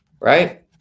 right